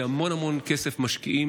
כי המון המון כסף משקיעים,